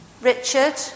Richard